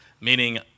meaning